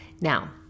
Now